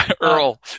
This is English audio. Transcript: Earl